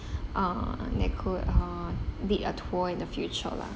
uh that could uh lead a tour in the future lah